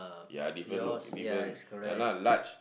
ya different lo~ different ya lah large